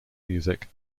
music